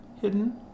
hidden